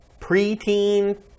preteen